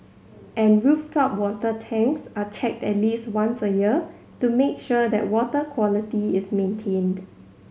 and rooftop water tanks are checked at least once a year to make sure that water quality is maintained